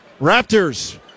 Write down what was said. Raptors